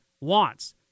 wants